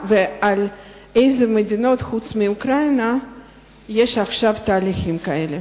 ולגבי איזה מדינות חוץ מאוקראינה יש עכשיו תהליכים כאלה.